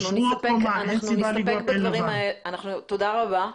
תודה רבה.